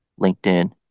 LinkedIn